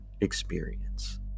experience